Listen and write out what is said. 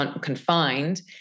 confined